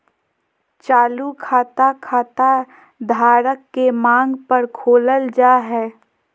चालू खाता, खाता धारक के मांग पर खोलल जा हय